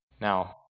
Now